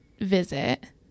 visit